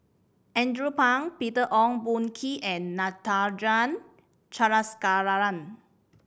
Andrew Phang Peter Ong Boon Kwee and Natarajan Chandrasekaran